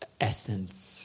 essence